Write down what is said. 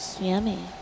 yummy